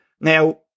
Now